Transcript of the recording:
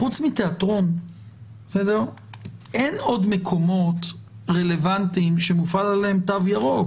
חוץ מתיאטרון אין עוד מקומות רלוונטיים שמופעל עליהם תו ירוק.